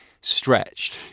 stretched